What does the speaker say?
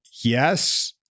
yes